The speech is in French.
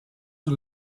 sur